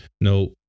No